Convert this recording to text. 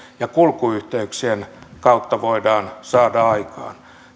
ja kulkuyhteyksien kautta voidaan saada aikaan